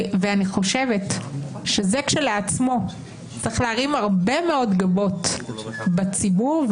אני חושבת שזה כשלעצמו צריך להרים הרבה מאוד גבות בציבור,